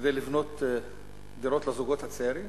כדי לבנות דירות לזוגות הצעירים?